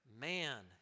Man